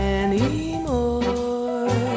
anymore